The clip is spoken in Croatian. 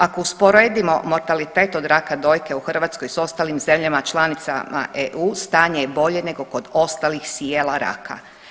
Ako usporedimo mortalitet od raka dojke u Hrvatskoj s ostalim zemljama članicama EU stanje je bolje nego kod ostalih sijela raka.